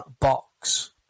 Box